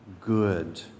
good